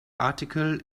article